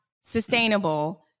sustainable